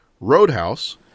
Roadhouse